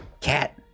Cat